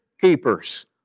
keepers